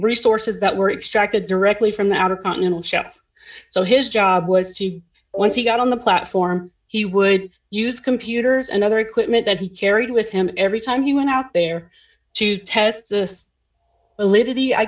resources that were extracted directly from the outer continental shelf so his job was once he got on the platform he would use computers and other equipment that he carried with him every time he went out there to test this